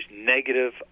negative